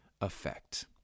effect